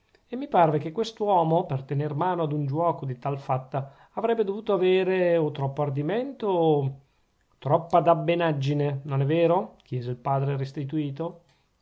e mi parve che quest'uomo per tener mano ad un giuoco di tal fatta avrebbe dovuto avere o troppo ardimento o troppa dabbenaggine non è vero chiese il padre restituto